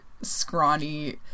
scrawny